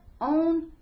own